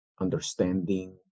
understanding